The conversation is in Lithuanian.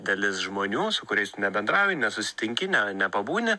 dalis žmonių su kuriais tu nebendrauji nesusitinki ne nepabūni